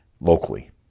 locally